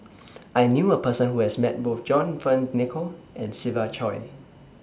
I knew A Person Who has Met Both John Fearns Nicoll and Siva Choy